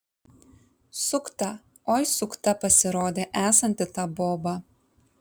sukta oi sukta pasirodė esanti ta boba